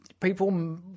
people